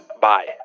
Bye